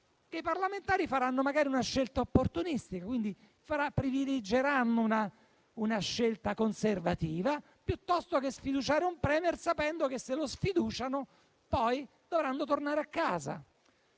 i parlamentari faranno magari una scelta opportunistica, cioè privilegeranno una scelta conservativa piuttosto che sfiduciare un *Premier*, sapendo che, se lo sfiduciano, poi dovranno tornare a casa.